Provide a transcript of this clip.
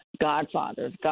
godfathers